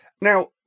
Now